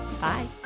Bye